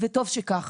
וטוב שכך.